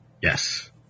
Yes